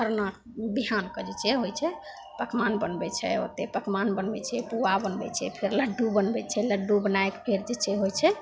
खरना बिहानके जे होइ छै पकमान बनबै छै ओतेक पकमान बनबै छै पुआ बनबै छै फेर लड्डू बनबै छै लड्डू बनैके फेर जे छै होइ छै